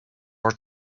our